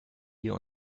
wir